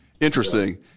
Interesting